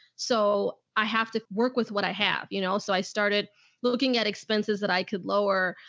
so i have to work with what i have, you know? so i started looking at expenses that i could lower.